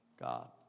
God